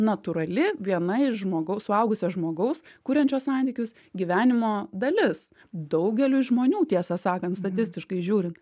natūrali viena iš žmogaus suaugusio žmogaus kuriančio santykius gyvenimo dalis daugeliui žmonių tiesą sakant statistiškai žiūrint